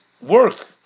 work